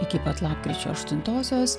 iki pat lapkričio aštuntosios